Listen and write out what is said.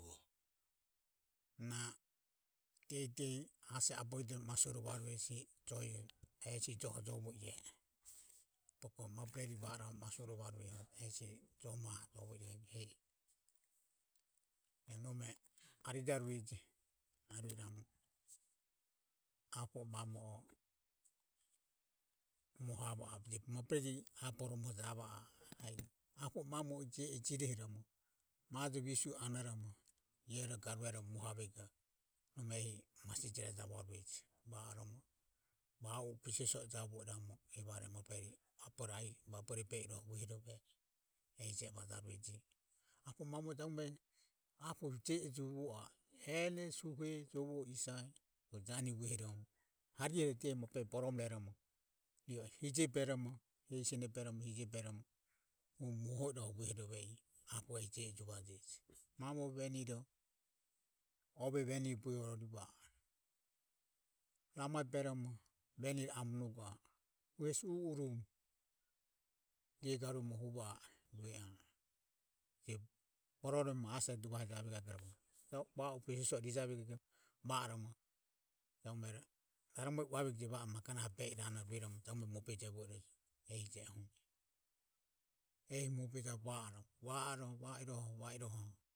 Na dehidehi ase aboride masurova rue ehesi joho jovo e ia e bogo mabure rio vaom masuro varue ehesi joma ho jovo ea e. Ia nome arijarueji arirom apo mamo o mohavo a e bogo bureri aboromo javo a e. Apo mamo jio e jirehorom maje visue anorom iero garuero moha vuego masije rejavuaje, vaoromo vau pesoso javoeramu evare vabore beiro uehorove ehije o vajarueji, apo mamo jabume apo hu jio e juvo a ene suhe jove isae hu jani uehorovom hariho dehi mabureri borom reromo rio sene beromo hehi hije beromo hu mohoroho uehorove apo hu jio e juvajeji, mamo veniro ove venire bue ororivoa ramae beromo veniro amonugo ae hesi u urum. Ia garue muhuvoa rue a boro morerom ase duvahe javo iramu jo vaue pesoso rijavoi vaoromo ruroho raromo i uavego vaomo magona beirane jabume mobejevoran. Ehi mobejevo vaoroho vaoroho vaoroho.